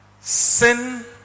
sin